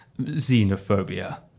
xenophobia